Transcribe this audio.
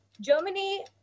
Germany